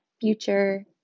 future